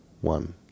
one